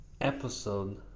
episode